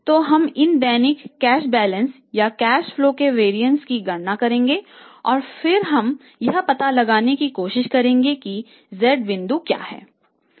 तो हम इन दैनिक कैश बैलेंस या कैश फ्लो के वरिएंस की गणना करेंगे और फिर हम यह पता लगाने की कोशिश करेंगे कि z बिंदु क्या है